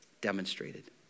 demonstrated